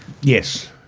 Yes